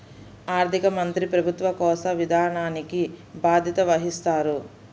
ఆర్థిక మంత్రి ప్రభుత్వ కోశ విధానానికి బాధ్యత వహిస్తారు